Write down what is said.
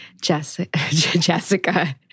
Jessica